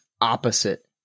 opposite